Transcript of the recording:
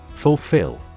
Fulfill